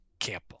Campbell